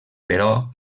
però